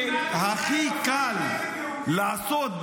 אותך צריך להרחיק.